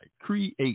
create